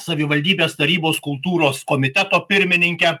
savivaldybės tarybos kultūros komiteto pirmininke